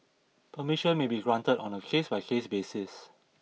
permission may be granted on a case by case basis